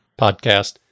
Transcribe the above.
podcast